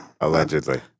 Allegedly